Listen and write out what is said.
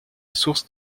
source